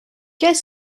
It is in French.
qu’est